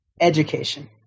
education